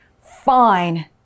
Fine